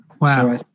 Wow